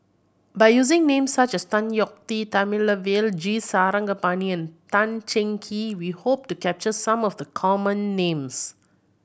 by using names such as Tan Yeok Tee Thamizhavel G Sarangapani Tan Cheng Kee we hope to capture some of the common names